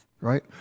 right